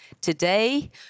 Today